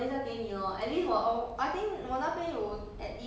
gin~ 我也是有两片我还有两片我剩下两片 ginseng 我剩下两片